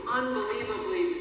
unbelievably